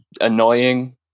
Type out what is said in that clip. annoying